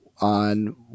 on